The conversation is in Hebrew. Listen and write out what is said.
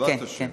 בעזרת השם.